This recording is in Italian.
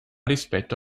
rispetto